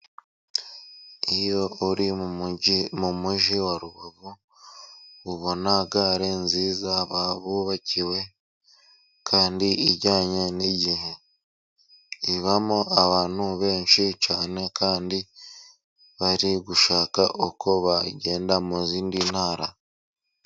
Iyo uri mu mujyi mu mujyi wa Rubavu ubona gare nziza bubakiwe kandi ijyanye n'igihe. Ibamo abantu benshi cyane kandi bari gushaka uko bagenda mu zindi ntara.